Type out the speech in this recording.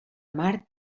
mar